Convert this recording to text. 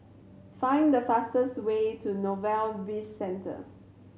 find the fastest way to Novelty Bizcentre